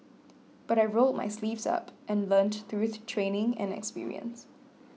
but I rolled my sleeves up and learnt through training and experience